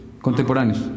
contemporáneos